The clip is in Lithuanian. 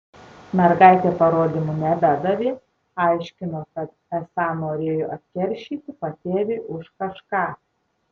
mergaitė parodymų nebedavė aiškino kad esą norėjo atkeršyti patėviui už kažką